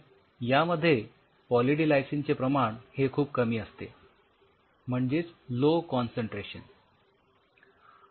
तर यामध्ये poly D लायसिनचे प्रमाण हे खूप कमी असते म्हणजेच लो कॉन्सन्ट्रेशन